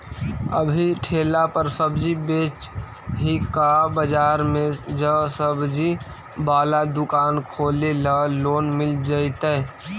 अभी ठेला पर सब्जी बेच ही का बाजार में ज्सबजी बाला दुकान खोले ल लोन मिल जईतै?